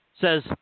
says